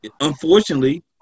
unfortunately